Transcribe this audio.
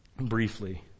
briefly